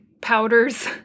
powders